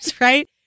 right